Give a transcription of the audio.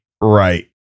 right